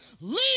Leave